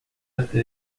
arte